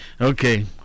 Okay